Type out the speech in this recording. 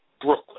Brooklyn